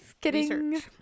kidding